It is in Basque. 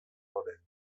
ondoren